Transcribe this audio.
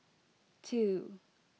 two